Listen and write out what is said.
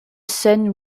sun